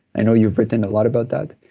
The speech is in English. i know you've written a lot about that